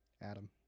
Adam